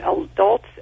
adults